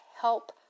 help